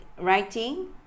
writing